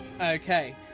Okay